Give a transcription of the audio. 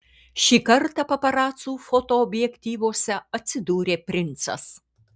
šį kartą paparacų fotoobjektyvuose atsidūrė princas